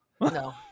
No